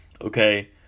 okay